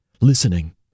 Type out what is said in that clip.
listening